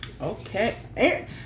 okay